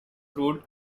ruled